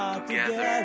together